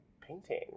painting